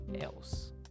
else